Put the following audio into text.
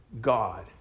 God